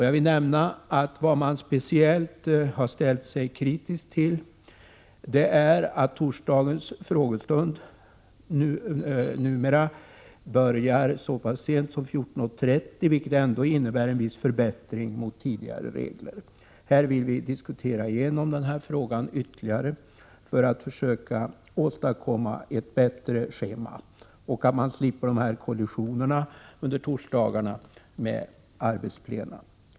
Jag vill nämna att det man speciellt har ställt sig kritisk till är att torsdagens frågestund numera börjar så pass sent som kl. 14.30, vilket ändå innebär en viss förbättring mot tidigare regler. Vi vill diskutera den frågan ytterligare för att försöka åstadkomma ett bättre schema och undvika de kollisioner med arbetsplenum som uppstått på torsdagarna.